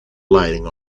leiding